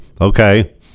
okay